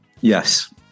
Yes